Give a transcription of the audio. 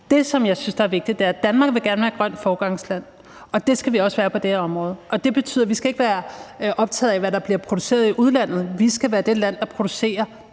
Det, som jeg synes er vigtigt, er, at Danmark gerne vil være et grønt foregangsland, og det skal vi også være på det her område. Det betyder, at vi ikke skal være optaget af, hvad der bliver produceret i udlandet. Vi skal være det land, der producerer